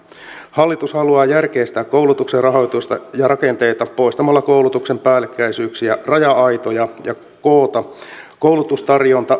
hallitus haluaa järkeistää koulutuksen rahoitusta ja rakenteita poistamalla koulutuksen päällekkäisyyksiä raja aitoja ja koota koulutustarjonnan